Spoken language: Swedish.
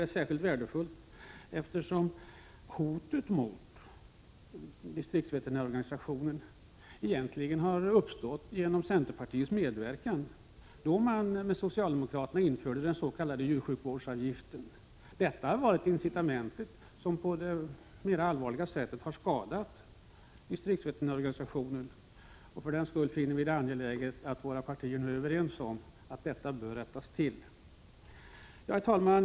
Det är särskilt värdefullt, eftersom hotet mot distriktsveterinärorganisationen egentligen har uppstått genom centerpartiets medverkan, då man tillsammans med socialdemokraterna införde den s.k. djursjukvårdsavgiften. Det var ett initiativ som allvarligt har skadat distriktsveterinärorganisationen. För den skull är det angeläget att moderaterna och centerpartiet nu är överens om att detta bör rättas till. Herr talman!